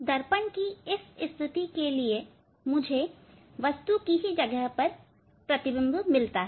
दर्पण की इस स्थिति के लिए मुझे वस्तु की ही जगह पर प्रतिबिंब मिलता है